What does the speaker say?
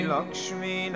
Lakshmi